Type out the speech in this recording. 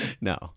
no